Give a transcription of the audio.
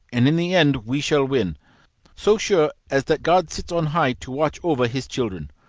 and in the end we shall win so sure as that god sits on high to watch over his children.